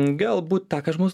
galbūt tą ką žmogus